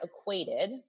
equated